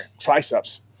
triceps